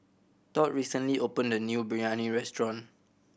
Tod recently opened a new Biryani restaurant